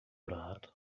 that